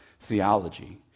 theology